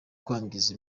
kwangiza